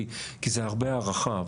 כי זה הרבה הערכה.